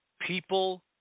people